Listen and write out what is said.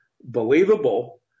believable